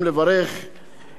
נציב שירותי הכבאות,